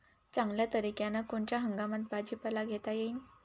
चांगल्या तरीक्यानं कोनच्या हंगामात भाजीपाला घेता येईन?